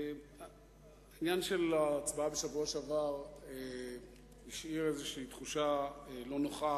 עניין ההצבעה בשבוע שעבר השאיר איזו תחושה לא נוחה,